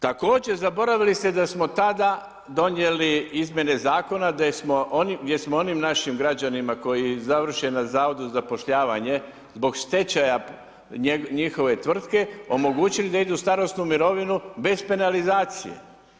Također, zaboravili se da smo tada donijeli izmjene zakona, gdje smo onim našim građanima koji završe na Zavodu za zapošljavanje, zbog stečaj njihove tvrtke omogućili da idu u starosnu mirovinu bez penalizacije.